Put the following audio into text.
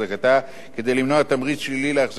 כדי למנוע תמריץ שלילי להחזקת נכסים במקום